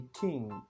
king